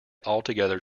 altogether